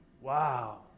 Wow